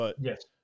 Yes